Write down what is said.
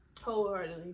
wholeheartedly